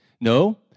No